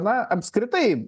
na apskritai